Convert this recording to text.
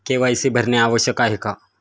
KYC भरणे आवश्यक आहे का?